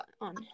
on